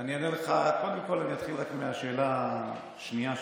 אני אומר לך ואני אתחיל מהשאלה השנייה שלך: